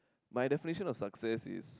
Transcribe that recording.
my definition of success is